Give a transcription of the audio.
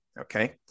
okay